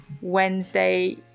Wednesday